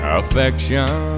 affection